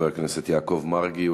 חבר הכנסת יעקב מרגי,